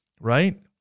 Right